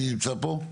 מי נמצא פה?